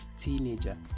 teenager